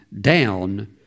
down